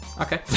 Okay